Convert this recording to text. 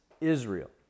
israel